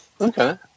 Okay